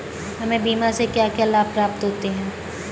हमें बीमा से क्या क्या लाभ प्राप्त होते हैं?